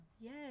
yes